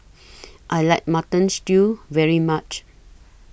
I like Mutton Stew very much